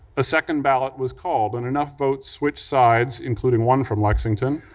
a second ballot was called and enough votes switched sides, including one from lexington,